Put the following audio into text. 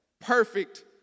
perfect